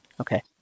Okay